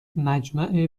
مجمع